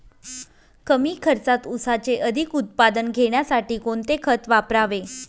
कमी खर्चात ऊसाचे अधिक उत्पादन घेण्यासाठी कोणते खत वापरावे?